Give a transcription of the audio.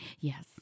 Yes